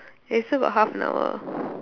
we still got half an hour